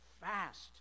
fast